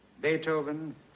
Beethoven